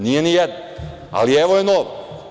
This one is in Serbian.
Nije nijedna, ali evo je nova.